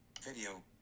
Video